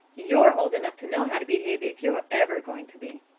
you're old enough to know how to behave if you're ever going to be.